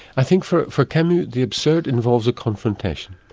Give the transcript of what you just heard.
i think for for camus the absurd involves a confrontation.